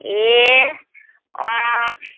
ए अँ